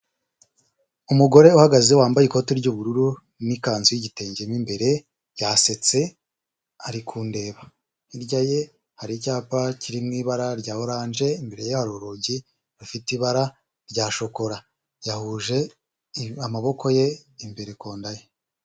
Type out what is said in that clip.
Umugore uhagaze wambaye ikote ry'ubururu n'ikanzu y'igitenge imbere, yasetse ari kundeba. Hirya ye hari icyapa kiri mu ibara rya oranje imbere ye hari urugi rufite ibara rya shokola yahuje amaboko ye imbere ku nda ye.